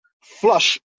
flush